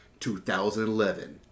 2011